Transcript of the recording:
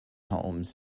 homes